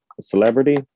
celebrity